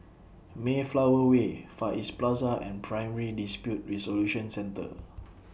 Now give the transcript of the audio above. Mayflower Way Far East Plaza and Primary Dispute Resolution Centre